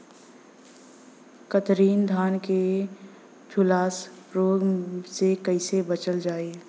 कतरनी धान में झुलसा रोग से कइसे बचल जाई?